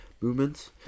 movements